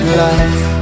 life